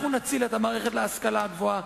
אנחנו נציל את מערכת ההשכלה הגבוהה.